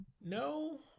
No